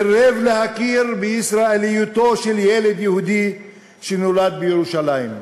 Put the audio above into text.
סירב להכיר בישראליותו של ילד יהודי שנולד בירושלים.